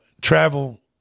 travel